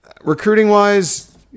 Recruiting-wise